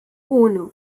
uno